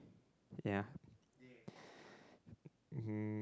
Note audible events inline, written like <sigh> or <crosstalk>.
ya <breath> mm